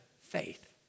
faith